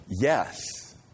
Yes